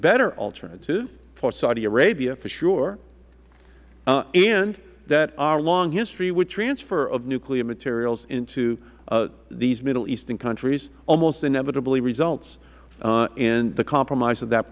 better alternative for saudi arabia for sure and that our long history with transfer of nuclear materials into these middle eastern countries almost inevitably results in the compromise of that